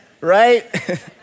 Right